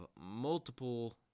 multiple